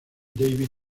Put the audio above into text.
david